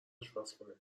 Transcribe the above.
اشپزخونه